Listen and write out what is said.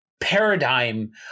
paradigm